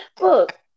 Look